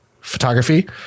photography